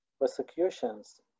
persecutions